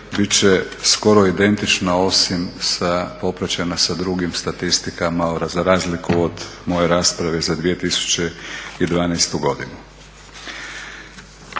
bit će skoro identična osim sa popraćena sa drugim statistikama za razliku od moje rasprave za 2012.godinu.